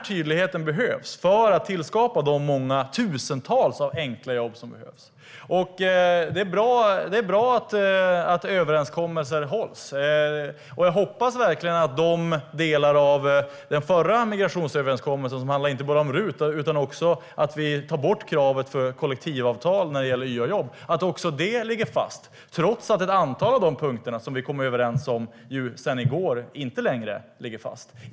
Tydligheten behövs för att skapa de många tusentals enkla jobb som behövs. Det är bra att överenskommelser hålls. Jag hoppas verkligen att de delar av den förra migrationsöverenskommelsen som inte bara handlar om RUT utan även att vi tar bort kravet på kollektivavtal på YA-jobb också ligger fast, trots att ett antal av de punkter vi kom överens om sedan i går inte längre ligger fast.